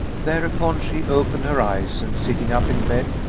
thereupon she opened her eyes and sitting up in bed,